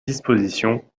disposition